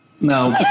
No